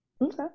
Okay